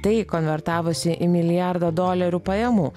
tai konvertavosi į milijardą dolerių pajamų